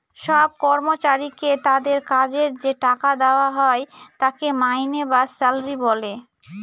সব কর্মচারীকে তাদের কাজের যে টাকা দেওয়া হয় তাকে মাইনে বা স্যালারি বলে